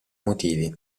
motivi